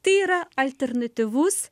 tai yra alternatyvus